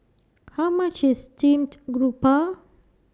How much IS Steamed Grouper